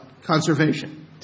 conservation